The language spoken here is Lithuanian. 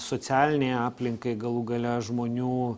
socialinei aplinkai galų gale žmonių